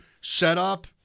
setup